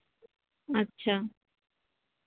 ᱟᱪᱪᱷᱟ